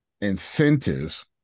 incentives